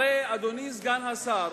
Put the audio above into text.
הרי, אדוני סגן השר,